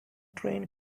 trained